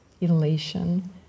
elation